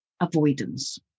avoidance